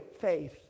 faith